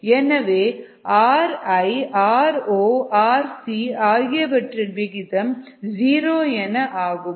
எனவே ri ro rcஆகியவற்றின் விகிதம் ஜீரோ என்ன ஆகும்